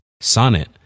Sonnet